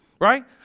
right